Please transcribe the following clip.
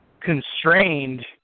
constrained